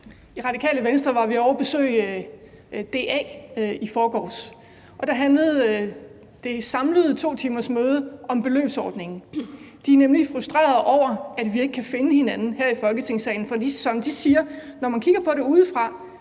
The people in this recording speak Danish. I Radikale Venstre var vi ovre at besøge DA i forgårs, og der handlede det samlede 2-timersmøde om beløbsordningen. De er nemlig frustrerede over, at vi ikke kan finde hinanden her i Folketingssalen, for som de siger: Når man kigger på det udefra,